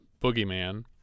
boogeyman